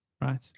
Right